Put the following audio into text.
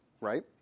right